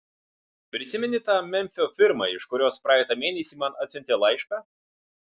prisimeni tą memfio firmą iš kurios praeitą mėnesį man atsiuntė laišką